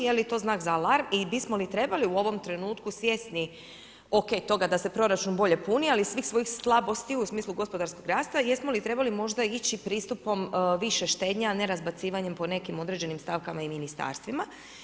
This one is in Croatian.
Je li to znak za alarm i bismo li trebali u ovom trenutku sjesti, o.k. toga da se proračun bolje puni, ali svih svojih slabosti u smislu gospodarskog rasta, jesmo li trebali možda ići pristupom više štednje, a ne razbacivanjem po nekim određenim stavkama i ministarstvima.